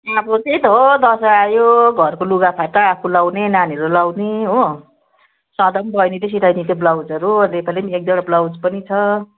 अब त्यही त हो दसैँ आयो घरको लुगाफाटा आफू लाउने नानीहरूले लाउने हो सधैँ पनि बहिनीले सिलाइदिन्थ्यो ब्लाउजहरू अन्त यो पालि पनि एक दुईवटा ब्लाउज पनि छ